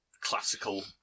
classical